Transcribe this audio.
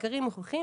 מחקרים מוכיחים,